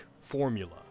formula